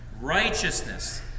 Righteousness